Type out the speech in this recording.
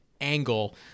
angle